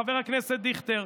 חבר הכנסת דיכטר,